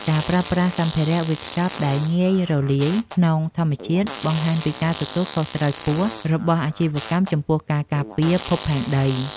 ការប្រើប្រាស់សម្ភារវេចខ្ចប់ដែលងាយរលាយក្នុងធម្មជាតិបង្ហាញពីការទទួលខុសត្រូវខ្ពស់របស់អាជីវកម្មចំពោះការការពារភពផែនដី។